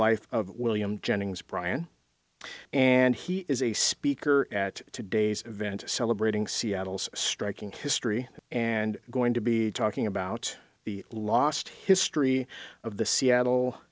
life of william jennings bryan and he is a speaker at today's event celebrating seattle's striking history and going to be talking about the last history of the seattle